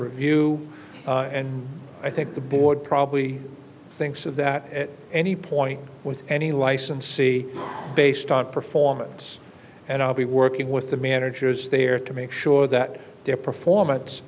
review and i think the board probably thinks that at any point with any licensee based on performance and i'll be working with the managers there to make sure that their performance